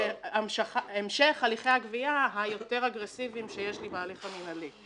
המשך הליכי גבייה יותר אגרסיביים שיש בהליך המינהלי.